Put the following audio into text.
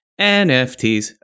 NFTs